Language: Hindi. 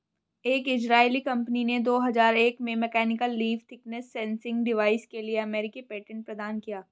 एक इजरायली कंपनी ने दो हजार एक में mechanical leaf thickness sensing device के लिए अमेरिकी पेटेंट प्रदान किया